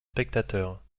spectateurs